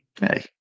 hey